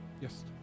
Yes